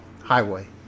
highway